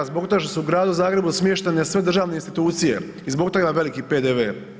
Zbog toga što su u Gradu Zagrebu smještene sve državne institucije i zbog toga je veliki PDV.